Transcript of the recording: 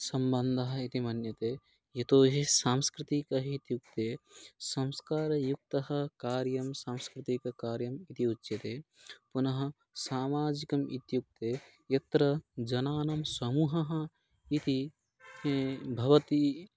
सम्बन्धः इति मन्यते यतोऽहि सांस्कृतिक हि इत्युक्ते संस्कारयुक्तः कार्यं सांस्कृतिककार्यं इति उच्यते पुनः सामाजिकम् इत्युक्ते यत्र जनानां समूहः इति भवति